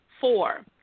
Four